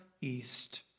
east